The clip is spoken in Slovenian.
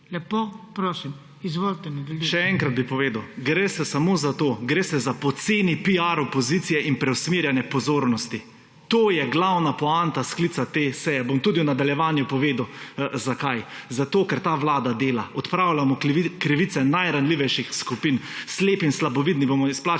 **ALEKSANDER REBERŠEK (PS NSi):** Še enkrat bi povedal, gre se samo za to, gre se za poceni piar opozicije in preusmerjanje pozornosti. To je glavna poanta sklica te seje. Bom tudi v nadaljevanju povedal zakaj. Zato ker ta vlada dela. Odpravljamo krivice najranljivejših skupin, slepim in slabovidnim bomo izplačali